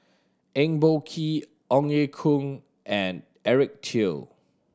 Eng Boh Kee Ong Ye Kung and Eric Teo